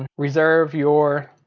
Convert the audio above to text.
reserve your